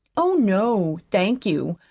oh, no, thank you.